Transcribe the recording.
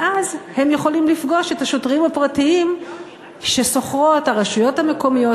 ואז הם יכולים לפגוש את השוטרים הפרטיים ששוכרות הרשויות המקומיות,